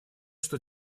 что